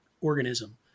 organism